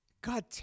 God